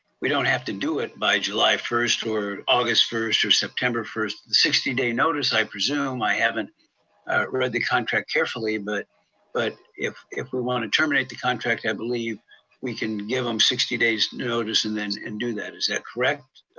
we don't have to do it by july first, or august first, or september first. the sixty day notice, i presume, i haven't read the contract carefully, but but if if wanna terminate the contract, i believe we can give em sixty days notice and and do that, is that correct,